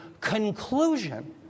conclusion